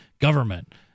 government